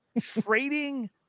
trading